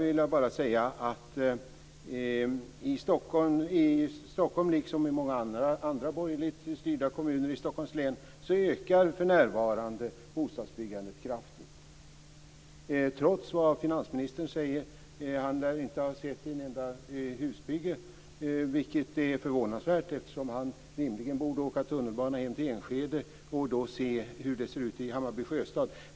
I Stockholm liksom i många andra borgerligt styrda kommuner i Stockholms län ökar för närvarande bostadsbyggandet kraftigt, trots vad finansministern säger. Han lär inte ha sett ett enda husbygge, vilket är förvånansvärt. Han borde rimligen åka tunnelbana hem till Enskede och då se hur det ser ut i Hammarby sjöstad.